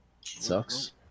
sucks